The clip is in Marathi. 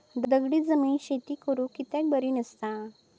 दगडी जमीन शेती करुक कित्याक बरी नसता?